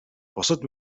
бусад